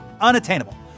unattainable